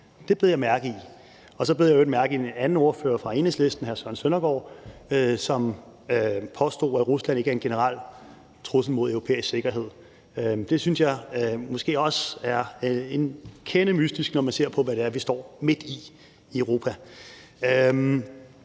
Det bed jeg mærke i. Og så bed jeg i øvrigt mærke i, at en anden ordfører, ordføreren for Enhedslisten hr. Søren Søndergaard, påstod, at Rusland ikke er en generel trussel mod europæisk sikkerhed. Det synes jeg måske også er en kende mystisk, når man ser på, hvad det er, vi står midt i i Europa.